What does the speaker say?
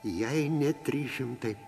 jai ne trys šimtai